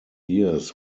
years